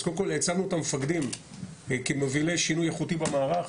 אז קודם כל העצמנו את המפקדים כמובילי שינוי איכותי במערך.